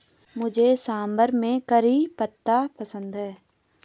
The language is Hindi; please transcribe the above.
मुझे सांभर में करी पत्ता पसंद है